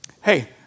hey